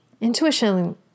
Intuition